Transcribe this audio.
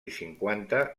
cinquanta